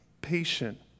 patient